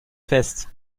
fest